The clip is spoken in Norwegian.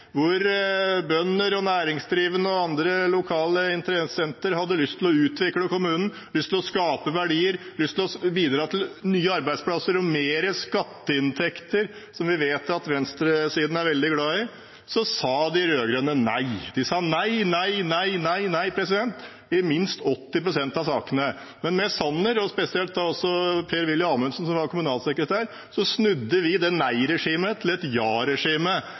Hvor bønder, næringsdrivende og andre lokale interessenter hadde lyst til å utvikle kommunen, skape verdier, bidra til nye arbeidsplasser og mer skatteinntekter, som vi vet at venstresiden er veldig glad i, så sa de rød-grønne nei. De sa nei, nei, nei, nei, nei – i minst 80 pst. av sakene. Men med Sanner, og spesielt også Per-Willy Amundsen, som var statssekretær i Kommunal- og moderniseringsdepartementet, snudde vi nei-regimet til et ja-regime. Det er jeg stolt av. Jeg er stolt av det vi fikk til